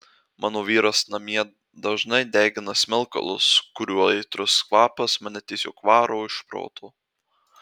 mano vyras namie dažnai degina smilkalus kurių aitrus kvapas mane tiesiog varo iš proto